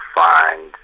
find